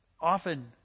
often